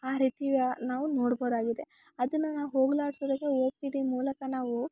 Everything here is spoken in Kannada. ಆ ರೀತಿ ನಾವು ನೋಡ್ಬೋದಾಗಿದೆ ಅದನ್ನ ನಾವು ಹೋಗ್ಲಾಡ್ಸೋದಕ್ಕೆ ಒ ಪಿ ಡಿ ಮೂಲಕ ನಾವು